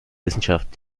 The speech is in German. wissenschaft